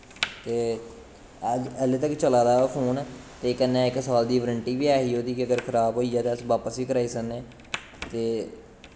ते हाल हालें तक चला दा ओह् फोन ते कन्नै इक साल दी बरैंटी बी ऐ ही ओह्दी कि अगर खराब होई गेआ तां अस बापस बी करी सकने उसी ते